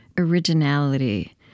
originality